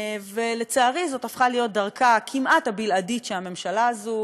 לצערי זאת הפכה להיות דרכה הכמעט-בלעדית של הממשלה הזאת,